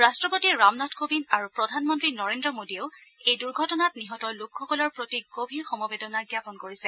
ৰাট্টপতি ৰামনাথ কোবিন্দ আৰু প্ৰধানমন্ত্ৰী নৰেন্দ্ৰ মোদীয়েও এই দূৰ্ঘটনাত নিহত লোকসকলৰ প্ৰতি গভীৰ সমবেদনা জ্ঞাপন কৰিছে